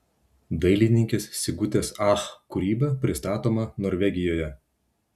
dailininkės sigutės ach kūryba pristatoma norvegijoje